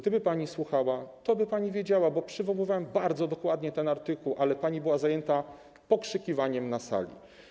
Gdyby pani słuchała, toby pani wiedziała, bo przywoływałem bardzo dokładnie ten artykuł, ale pani była zajęta pokrzykiwaniem na sali.